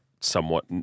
somewhat